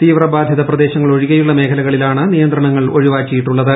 തീവ്രബാധിത പ്രദേശങ്ങൾ ഒഴികെയുള്ള മേഖലകളില്ലാണ് ് നിയന്ത്രണങ്ങൾ ഒഴിവാക്കിയിട്ടുളളത്